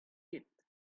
ket